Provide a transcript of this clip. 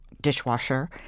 dishwasher